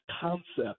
concept